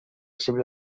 civil